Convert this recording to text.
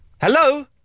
Hello